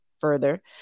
further